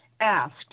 asked